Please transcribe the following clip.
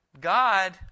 God